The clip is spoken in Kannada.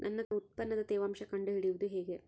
ನನ್ನ ಉತ್ಪನ್ನದ ತೇವಾಂಶ ಕಂಡು ಹಿಡಿಯುವುದು ಹೇಗೆ?